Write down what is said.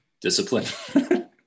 discipline